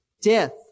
death